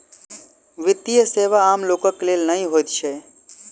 वित्तीय सेवा आम लोकक लेल नै होइत छै